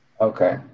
Okay